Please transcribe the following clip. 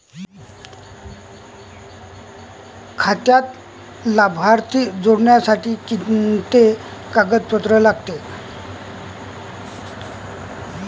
खात्यात लाभार्थी जोडासाठी कोंते कागद लागन?